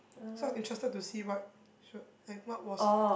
so I interested to see what she was like what was